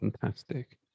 Fantastic